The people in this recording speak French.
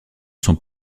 sont